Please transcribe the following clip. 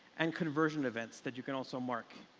and conversion events that you can also mark.